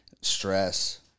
stress